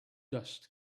dust